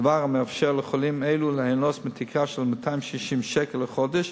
דבר המאפשר לחולים אלו ליהנות מתקרה של 260 שקל לחודש,